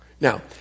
Now